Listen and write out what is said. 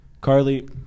Carly